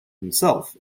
himself